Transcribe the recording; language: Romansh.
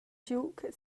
giug